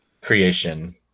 creation